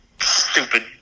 stupid